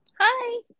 Hi